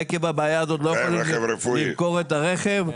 עקב הבעיה הזו לא יכלו למכור את הרכב,